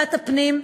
ועדת הפנים,